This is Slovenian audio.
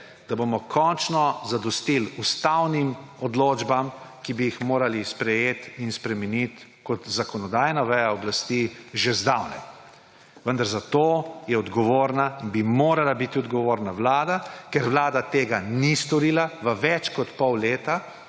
da bomo končno zadostili ustavnim odločbam, ki bi jih morali sprejeti in spremeniti kot zakonodajna veja oblasti že zdavnaj. Vendar za to bi morala biti odgovorna Vlada. Ker Vlada tega ni storila v več kot pol leta,